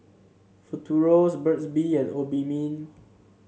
Futuro's Burt's Bee and Obimin